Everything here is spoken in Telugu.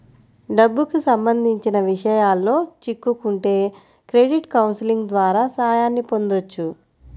డబ్బుకి సంబంధించిన విషయాల్లో చిక్కుకుంటే క్రెడిట్ కౌన్సిలింగ్ ద్వారా సాయాన్ని పొందొచ్చు